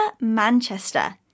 Manchester